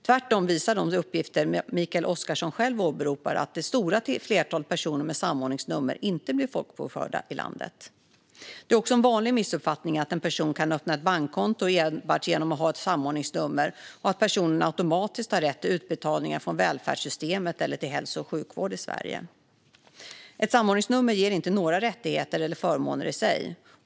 Tvärtom visar de uppgifter Mikael Oscarsson själv åberopar att det stora flertalet personer med samordningsnummer inte blir folkbokförda i landet. Det är också en vanlig missuppfattning att en person kan öppna ett bankkonto enbart genom att ha ett samordningsnummer och att personen automatiskt har rätt till utbetalningar från välfärdssystemet eller till hälso och sjukvård i Sverige. Ett samordningsnummer ger inte några rättigheter eller förmåner i sig.